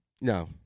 no